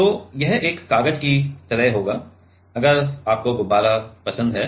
तो यह एक कागज की तरह होगा अगर आपको गुब्बारा पसंद है